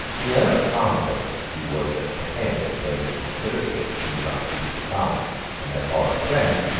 the earl of flanders, who was at the head of the base conspiracy of the king's undutiful sons and their foreign friends,